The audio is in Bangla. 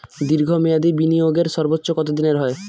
দীর্ঘ মেয়াদি বিনিয়োগের সর্বোচ্চ কত দিনের হয়?